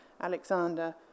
Alexander